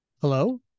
Hello